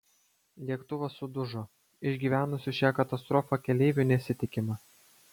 lėktuvas sudužo išgyvenusių šią katastrofą keleivių nesitikima